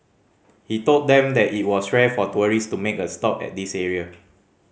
he told them that it was rare for tourist to make a stop at this area